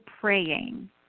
praying